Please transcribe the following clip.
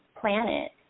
planet